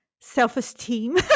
self-esteem